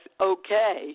okay